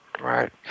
right